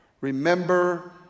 Remember